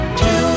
Two